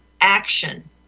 action